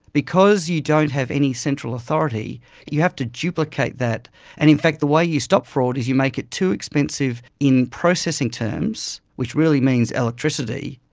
because you don't have any central authority you have to duplicate that, and in fact the way you stop fraud is you make it too expensive in processing terms, which really means electricity,